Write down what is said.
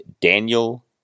Daniel